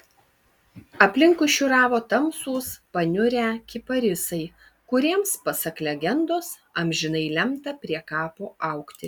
aplinkui šiūravo tamsūs paniurę kiparisai kuriems pasak legendos amžinai lemta prie kapo augti